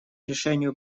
решению